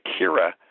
Kira